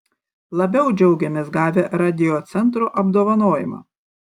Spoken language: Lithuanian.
labiau džiaugėmės gavę radiocentro apdovanojimą